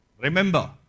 Remember